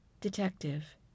Detective